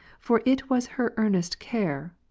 for it was her earnest care,